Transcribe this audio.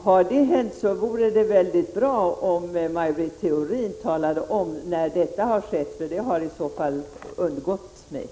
Har det hänt, så vore det väldigt bra om Maj Britt Theorin talade om när det har skett, för det har i så fall undgått mig.